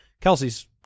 Kelsey's